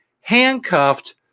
handcuffed